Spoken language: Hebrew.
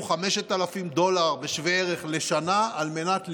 5,000 דולר בשווה ערך לשנה על מנת ללמוד.